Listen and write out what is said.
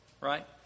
Right